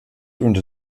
unter